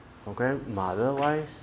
for grandmother wise